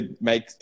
make